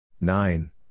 Nine